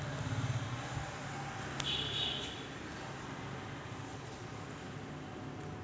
Tractor विकत घ्याले कास्तकाराइसाठी कायी विशेष योजना हाय का?